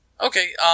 Okay